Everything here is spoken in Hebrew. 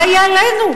מה יהיה עלינו?